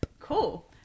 Cool